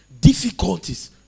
difficulties